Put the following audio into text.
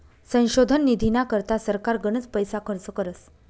संशोधन निधीना करता सरकार गनच पैसा खर्च करस